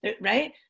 right